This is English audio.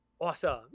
Awesome